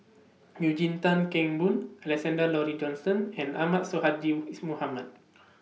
Eugene Tan Kheng Boon Alexander Laurie Johnston and Ahmad Sonhadji IS Mohamad